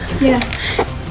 Yes